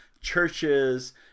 churches